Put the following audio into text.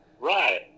Right